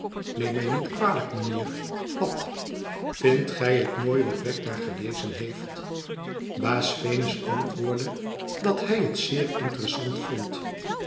neem mij niet kwalijk mijnheer wat vindt gij het mooi wat wegg daar gelezen heeft baas venus antwoordde dat hij het zeer interessant vond